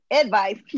Advice